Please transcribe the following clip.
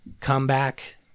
Comeback